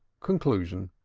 conclusion.